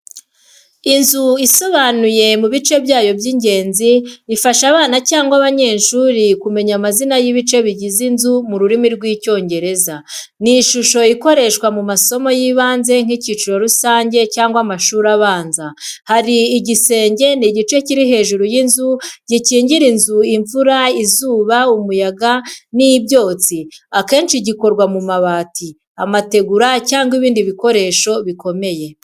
Inzu isobanuye mu bice byayo by’ingenzi, ifasha abana cyangwa abanyeshuri kumenya amazina y'ibice bigize inzu mu rurimi rw'Icyongereza. Ni ishusho ikoreshwa mu masomo y'ibanze nk'icyiciro rusange cyangwa amashuri abanza. Hari igisenge ni igice kiri hejuru y’inzu, gikingira inzu imvura, izuba, umuyaga n’ibyotsi akenshi gikorwa mu mabati, amategura, cyangwa ibindi bikoresho bikomeye.